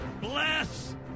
bless